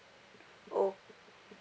oh